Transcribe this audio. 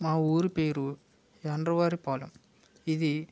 మా ఊరి పేరు యాండ్రవారి పాలెం ఇది